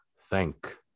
thank